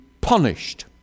punished